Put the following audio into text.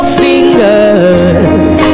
fingers